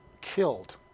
killed